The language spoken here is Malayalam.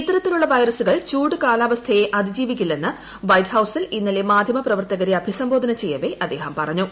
ഇത്തരത്തിലുള്ള വൈറസുകൾ ചൂടുകാലാവ്യസ്റ്റെയ അതിജീവിക്കില്ലെന്ന് വൈറ്റ് ഹൌസിൽ ഇന്നലെ മാധ്യമപ്രവർത്തക്കുർ അഭിസംബോധന ചെയ്യവേ അദ്ദേഹം പറഞ്ഞു